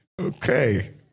Okay